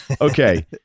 Okay